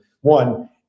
one